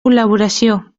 col·laboració